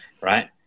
right